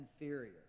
inferior